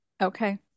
Okay